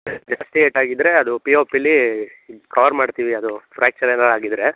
ಜಾಸ್ತಿ ಏಟಾಗಿದ್ದರೆ ಅದು ಪಿ ಓ ಪಿಲಿ ಇದು ಕವರ್ ಮಾಡ್ತೀವಿ ಅದು ಫ್ರ್ಯಾಕ್ಚರ್ ಏನಾರ ಆಗಿದ್ದರೆ